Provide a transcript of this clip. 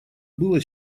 было